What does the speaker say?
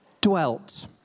dwelt